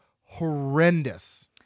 horrendous